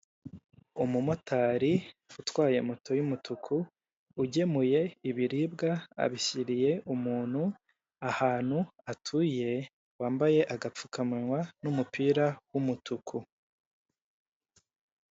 Umumotari utwaye moto y'umutuku, ugemuye ibiribwa, abishyiriye umuntu ahantu atuye, wambaye agapfukamunwa n'umupira w'umutuku.